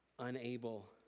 unable